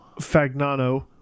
Fagnano